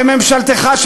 בממשלתך,